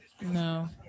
No